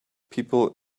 people